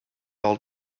all